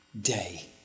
day